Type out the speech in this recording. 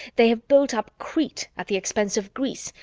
they have built up crete at the expense of greece,